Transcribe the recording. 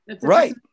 right